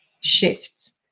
shifts